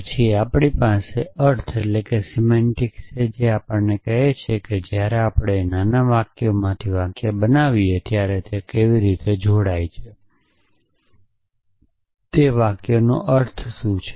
પછી આપણી પાસે અર્થ છે જે આપણને કહે છે કે જ્યારે આપણે નાના વાક્યોમાંથી વાક્યો બનાવી ત્યારે તેઓ કેવી રીતે જોડાય છે તે વાક્યોનો અર્થ શું છે